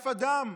אף אדם,